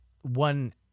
one